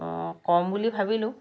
কওঁ বুলি ভাবিলোঁ